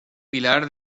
pilar